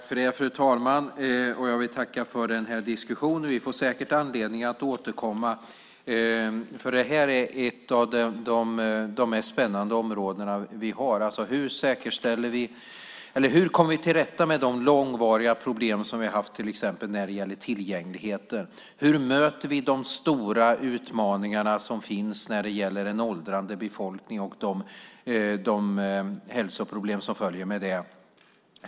Fru talman! Jag tackar för diskussionen. Vi får säkert anledning att återkomma. Detta är ett av de mest spännande områden vi har. Hur kommer vi till rätta med de långvariga problem som vi har haft när det gäller till exempel tillgängligheten? Hur möter vi de stora utmaningarna som finns när det gäller en åldrande befolkning och de hälsoproblem som följer med det?